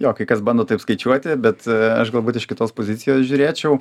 jo kai kas bando taip skaičiuoti bet aš galbūt iš kitos pozicijos žiūrėčiau